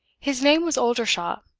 his name was oldershaw.